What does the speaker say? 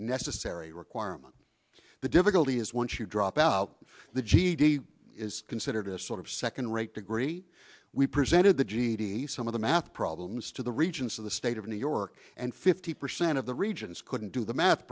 necessary requirement the difficulty is once you drop out the ged is considered a sort of second rate degree we presented the g t some of the math problems to the regions of the state of new york and fifty percent of the regions couldn't do the math